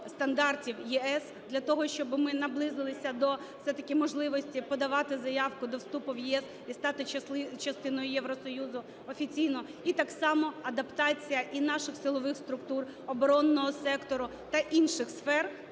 стандартів ЄС, для того щоб ми наблизилися до все-таки можливості подавати заявку до вступу в ЄС і стати частиною Євросоюзу офіційно, і так само адаптація і наших силових структур, оборонного сектору та інших сфер